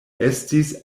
estis